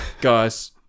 Guys